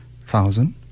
thousand